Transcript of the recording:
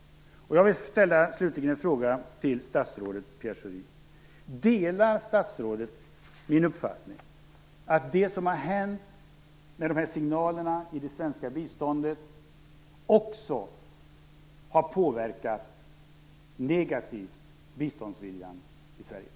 Pierre Schori. Delar statsrådet min uppfattning att signalerna i det svenska biståndet också negativt har påverkat biståndsviljan i Sverige?